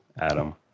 adam